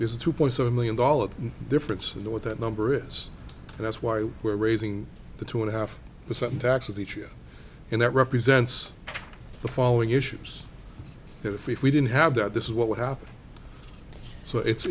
there's a two point seven million dollars difference in the what that number is and that's why we're raising the two and a half percent in taxes each year and it represents the following issues that if we if we didn't have that this is what would happen so it's